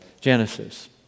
Genesis